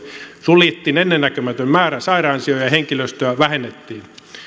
suljettiin ennennäkemätön määrä sairaansijoja ja henkilöstöä vähennettiin